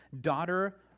daughter